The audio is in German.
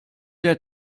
der